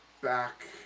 back